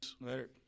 Later